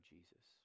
Jesus